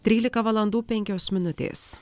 trylika valandų penkios minutės